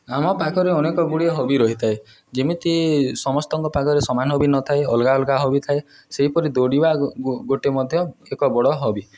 ଆମ ପାଖରେ ଅନେକ ଗୁଡ଼ିଏ ହବି ରହିଥାଏ ଯେମିତି ସମସ୍ତଙ୍କ ପାଖରେ ସମାନ ହବି ନଥାଏ ଅଲଗା ଅଲଗା ହବି ଥାଏ ସେହିପରି ଦୌଡ଼ିବା ଗୋଟେ ମଧ୍ୟ ଏକ ବଡ଼ ହବି